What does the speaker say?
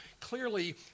Clearly